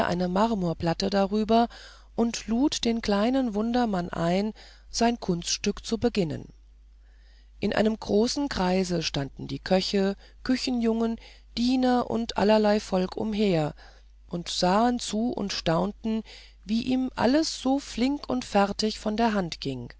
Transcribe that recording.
eine marmorplatte darüber und lud den kleinen wundermann ein sein kunststück zu beginnen in einem großen kreise standen die köche küchenjungen diener und allerlei volk umher und sahen zu und staunten wie ihm alles so flink und fertig von der hand ging